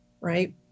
right